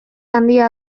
handia